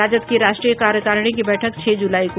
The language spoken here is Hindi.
राजद की राष्ट्रीय कार्यकारिणी की बैठक छह जुलाई को